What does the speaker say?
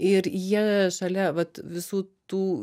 ir jie šalia vat visų tų